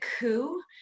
coup